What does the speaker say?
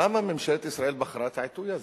למה ממשלת ישראל בחרה את העיתוי הזה?